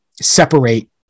separate